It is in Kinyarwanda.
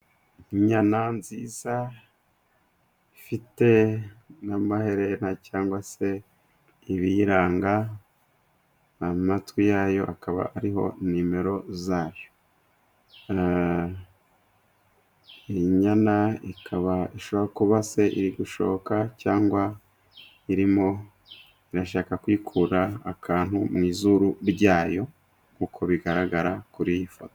Inyana nziza ifite n'amaherena, cyangwa se ibiyiranga, amatwi yayo akaba ariho nimero zayo, inyana ikaba ishobora kuba iri gushoka, cyangwa irimo irashaka kwikura akanu izuru ryayo uko bigaragara kuri iyi foto.